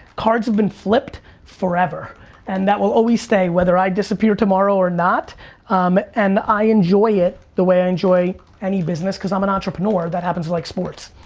cards have been flipped forever and that will always stay whether i disappear tomorrow or not um and i enjoy it the way i enjoy any business cause i'm an entrepreneur that happens to like sports.